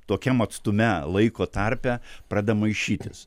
tokiam atstume laiko tarpe prade maišytis